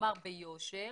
צריך לומר ביושר